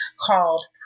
called